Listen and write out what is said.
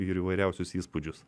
ir įvairiausius įspūdžius